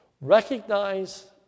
Recognize